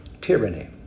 tyranny